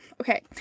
okay